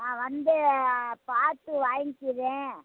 நான் வந்து பார்த்து வாங்கிக்கிறேன்